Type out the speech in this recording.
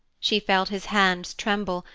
she felt his hands tremble,